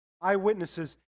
eyewitnesses